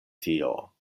tio